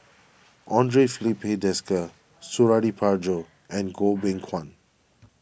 andre Filipe Desker Suradi Parjo and Goh Beng Kwan